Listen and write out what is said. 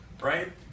right